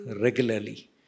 regularly